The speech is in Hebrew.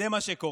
זה מה שקורה.